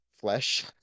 flesh